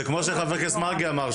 זה כמו שחבר הכנסת מרגי אמר,